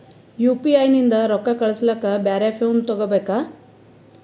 UPI ನಿಂದ ರೊಕ್ಕ ಕಳಸ್ಲಕ ಬ್ಯಾರೆ ಫೋನ ತೋಗೊಬೇಕ?